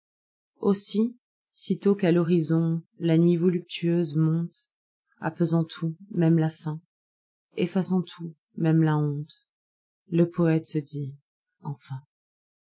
aussi sitôt qu'à l'horizon la nuit voluptueuse monte apaisant tout même la faim effaçant tout même la honte le poëte se dit enfin